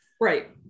right